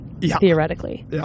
theoretically